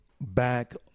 back